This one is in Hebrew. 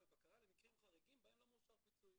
ובקרה למקרים חריגים בהם לא מאושר פיצוי.